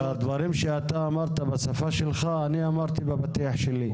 הדברים שאתה אמרת בשפה שלך אני אמרתי בפתיח שלי,